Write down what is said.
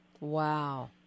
Wow